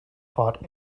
fought